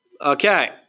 Okay